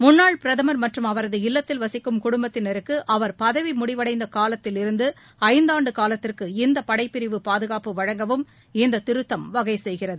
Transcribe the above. முன்னாள் பிரதமர் மற்றும் அவரது இல்லத்தில் வசிக்கும் குடும்பத்தினருக்கு அவர் பதவி முடிவடைந்த காலத்திலிருந்து இந்தாண்டு காலத்திற்கு இந்த படைப்பிரிவு பாதுகாப்பு வழங்கவும் இந்த திருத்தம் வகை செய்கிறது